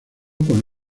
con